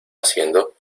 haciendo